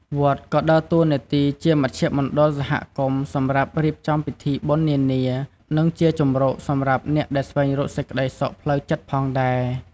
វត្តក៏ដើរតួនាទីជាមជ្ឈមណ្ឌលសហគមន៍សម្រាប់រៀបចំពិធីបុណ្យនានា និងជាជម្រកសម្រាប់អ្នកដែលស្វែងរកសេចក្ដីសុខផ្លូវចិត្តផងដែរ។